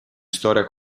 storia